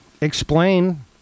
explain